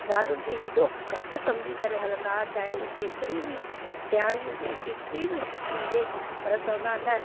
ज़ालुनि खे एॾो घटि सम्झी करे हलंदा हुआ चाहे उहा केतरी बि स्याणी हुजे केतिरी बि सुठी हुजे पर चवंदा आहिनि